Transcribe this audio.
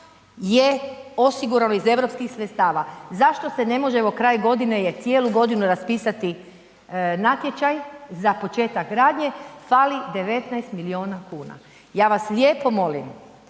je osigurano iz europskih sredstava. Zašto se ne može evo kraj godine je, cijelu godinu raspisati natječaj za početak radnje, fali 19 milijuna kuna. Ja vas lijepo molim,